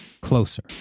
Closer